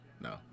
No